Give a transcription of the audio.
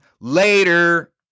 later